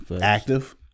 active